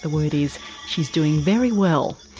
the word is she's doing very well.